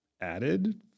added